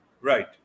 Right